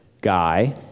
guy